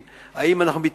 האם אנחנו באמת יודעים,